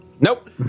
Nope